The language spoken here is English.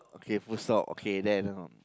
okay full stop okay then uh